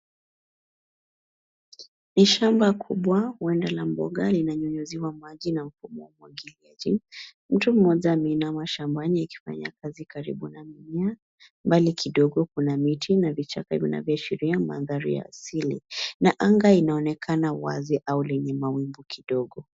Ni shamba kubwa, huenda la mboga linanyunyiziwa maji na mfumo wa umwagiliaji. Mtu mmoja ameinama shambani akifanya kazi karibu na mimea, mbali kidogo kuna miti na vichaka vinavyoashiria mandhari ya asili. Na anga inaonekana wazi au lenye mawingu kidogo.